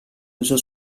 uso